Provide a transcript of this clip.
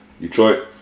Detroit